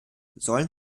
sollen